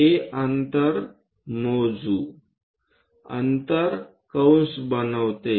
A अंतर मोजू अंतर कंस बनवते